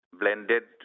blended